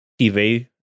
TV